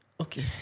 Okay